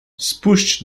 spuść